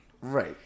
Right